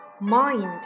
mind